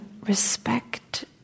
respect